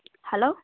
hello